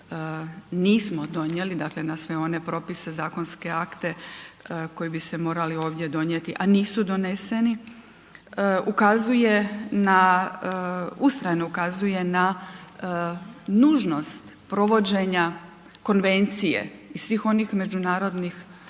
nismo donijeli, dakle na sve one propise, zakonske akte koji bi se morali ovdje donijeti, a nisu doneseni, ukazuje na ustrajno ukazuje na nužnost provođenja konvencije i svih osnih međunarodnih